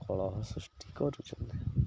କଳହ ସୃଷ୍ଟି କରୁଛନ୍ତି